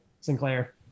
Sinclair